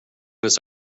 this